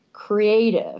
creative